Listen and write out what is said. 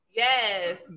Yes